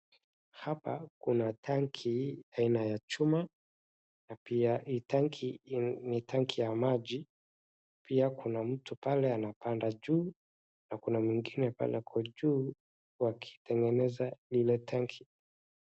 Hapa kuna tanki aina ya chuma na pia hii tanki ni tanki ya maji. Pia kuna mtu pale anapanda juu na kuna mwingine pale ako juu wakitengeneza lile tanki.